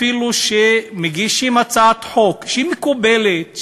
אפילו כשמגישים הצעת חוק שהיא מקובלת,